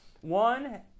One